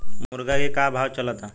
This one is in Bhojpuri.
मुर्गा के का भाव चलता?